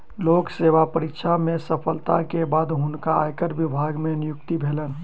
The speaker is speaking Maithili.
लोक सेवा परीक्षा में सफलता के बाद हुनका आयकर विभाग मे नियुक्ति भेलैन